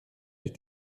ich